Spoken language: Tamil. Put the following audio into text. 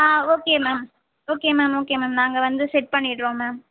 ஆ okay ma'am okay ma'am okay ma'am நாங்கள் வந்து செட் பண்ணிடுறோம் மேம்